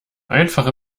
einfach